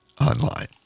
online